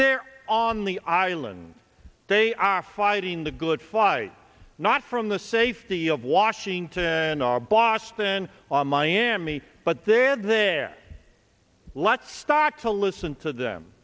they're on the island they are fighting the good fight not from the safety of washington and boston on miami but they're there let's start to listen to them